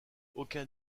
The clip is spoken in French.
aucun